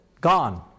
Gone